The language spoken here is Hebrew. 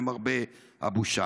למרבה הבושה.